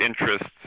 interests